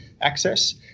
access